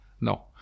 No